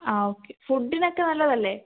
ആ ഓക്കെ ഫുഡിനൊക്കെ നല്ലതല്ലേ